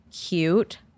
cute